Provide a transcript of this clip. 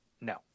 No